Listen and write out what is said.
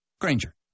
Granger